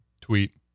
tweet